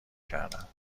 کردم